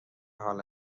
حال